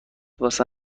واسه